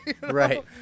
Right